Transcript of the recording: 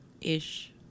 Ish